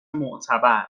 معتبر